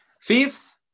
Fifth